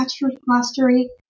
mastery